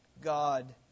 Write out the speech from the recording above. God